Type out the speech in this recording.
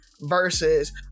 versus